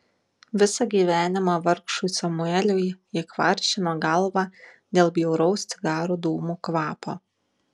visą gyvenimą vargšui samueliui ji kvaršino galvą dėl bjauraus cigarų dūmų kvapo